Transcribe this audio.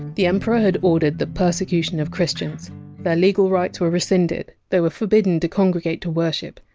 the emperor had ordered the persecution of christians their legal rights were rescinded, they were forbidden to congregate to worship,